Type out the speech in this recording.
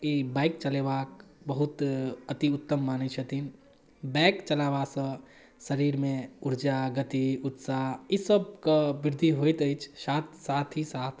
ई bike चलेबाक बहुत अति उत्तम मानै छथिन बाइक चलेबासँ शरीरमे उर्जा गति उत्साह ईसबके वृद्धि होइत अछि साथ साथ ही साथ